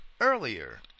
earlier